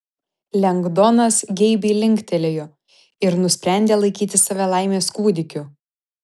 lengdonas geibiai linktelėjo ir nusprendė laikyti save laimės kūdikiu